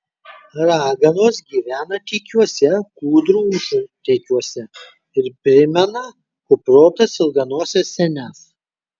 raganos gyvena tykiuose kūdrų užutėkiuose ir primena kuprotas ilganoses senes